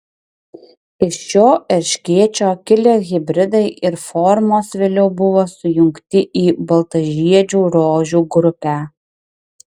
iš šio erškėčio kilę hibridai ir formos vėliau buvo sujungti į baltažiedžių rožių grupę